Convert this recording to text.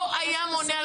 לא היה מונע.